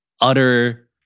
utter